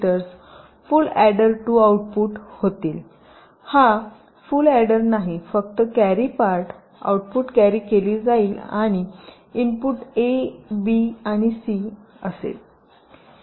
फुल adder 2 output होतील हा full adder नाही फक्त कॅरी पार्टआऊटपुट कॅरी केले जाईल आणि इनपुट ए बी आणि सी असेल